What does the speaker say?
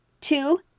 Two